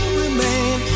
remain